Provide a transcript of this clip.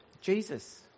Jesus